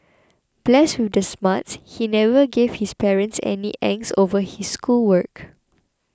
blessed with the smarts he never gave his parents any angst over his schoolwork